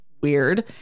weird